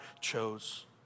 chose